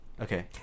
Okay